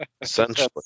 Essentially